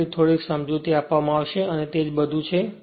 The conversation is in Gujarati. તેનાથી થોડુંક સમજૂતી આપવામાં આવશે અને તે બધુ જ છે